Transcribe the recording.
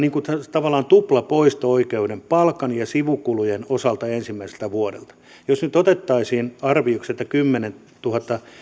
tavallaan tuplapoisto oikeuden palkan ja sivukulujen osalta ensimmäiseltä vuodelta jos nyt otettaisiin arvioksi että kymmenentuhatta